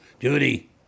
Judy